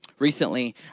Recently